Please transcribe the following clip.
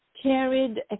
carried